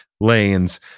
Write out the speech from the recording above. lanes